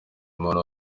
umuntu